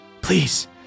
please